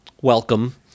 Welcome